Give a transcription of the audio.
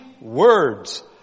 words